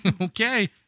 Okay